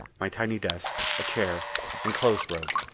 my tiny desk, a chair and clothes robe.